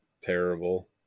terrible